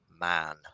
man